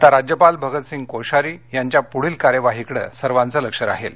आता राज्यपाल भगतसिंग कोश्यारी यांच्या पुढील कार्यवाहीकडे सर्वाचं लक्ष राहील